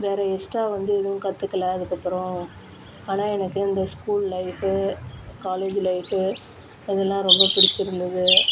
வேற எக்ஸ்ட்ரா வந்து எதுவும் கற்றுக்கல அதுக்கப்புறம் ஆனால் எனக்கு இந்த ஸ்கூல் லைப்பு காலேஜ் லைப்பு அதுலாம் ரொம்ப பிடிச்சிருந்தது